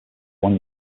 one